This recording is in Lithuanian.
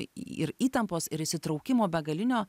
ir įtampos ir įsitraukimo begalinio